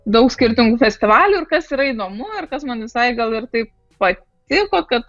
daug skirtingų festivalių ir kas yra įdomu ar kas man visai gal ir taip patiko kad